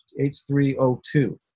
H3O2